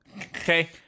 Okay